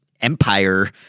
Empire